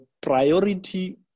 priority